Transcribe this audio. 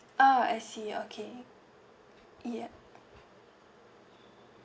ah I see okay yup